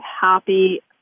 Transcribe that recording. happy